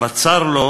שבצר לו